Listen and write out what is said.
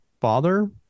father